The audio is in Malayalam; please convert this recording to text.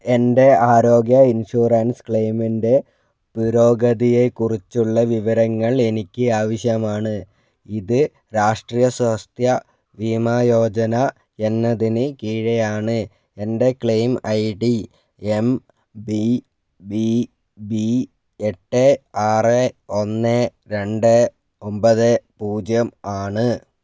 എൻ്റെ ആരോഗ്യ ഇൻഷുറൻസ് ക്ലെയിമിൻ്റെ പുരോഗതിയെക്കുറിച്ചുള്ള വിവരങ്ങൾ എനിക്ക് ആവശ്യമാണ് ഇത് രാഷ്ട്രീയ സ്വാസ്ഥ്യ ബീമാ യോജന എന്നതിന് കീഴെയാണ് എൻ്റെ claim I D M B B B എട്ട് ആറ് ഒന്ന് രണ്ട് ഒൻപത് പൂജ്യം ആണ്